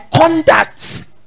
conduct